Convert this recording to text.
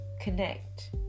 connect